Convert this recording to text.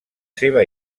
seva